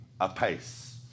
apace